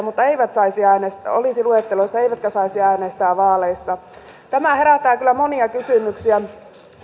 mutta eivät olisi luettelossa eivätkä saisi äänestää vaaleissa tämä herättää kyllä monia kysymyksiä